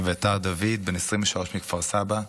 אביתר דוד, בן 23 מכפר סבא,